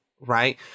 Right